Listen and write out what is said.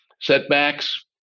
setbacks